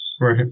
Right